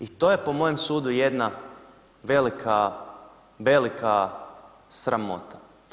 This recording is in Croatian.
I to je po mojem sudu jedna velika, velika sramota.